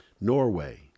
Norway